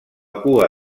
cua